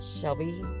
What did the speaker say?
shelby